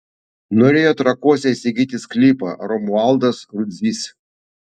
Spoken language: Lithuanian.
norėjo trakuose įsigyti sklypą romualdas rudzys